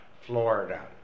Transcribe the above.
Florida